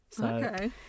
Okay